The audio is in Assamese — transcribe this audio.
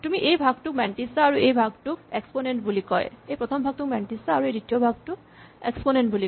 এই প্ৰথম ভাগটোক মেণ্টিছা আৰু দ্বিতীয় ভাগটোক এক্সপনেন্ট বুলি কয়